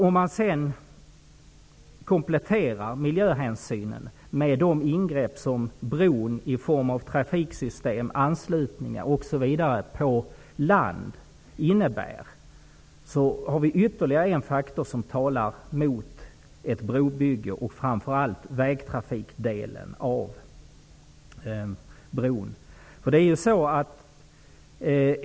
Om man kompletterar bilden med vad de ingrepp som bron i form av bl.a. trafiksystem och anslutningar på land innebär för miljön, finner man ytterligare en faktor som talar mot ett brobygge, framför allt med tanke på vägtrafikdelen.